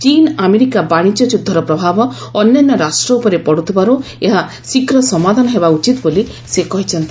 ଚୀନ୍ ଆମେରିକା ବାଣିଜ୍ୟ ଯୁଦ୍ଧର ପ୍ରଭାବ ଅନ୍ୟାନ୍ୟ ରାଷ୍ଟ୍ର ଉପରେ ପଡ଼ୁଥିବାରୁ ଏହା ଶୀଘ୍ର ସମାଧାନ ହେବା ଉଚିତ ବୋଲି ସେ କହିଛନ୍ତି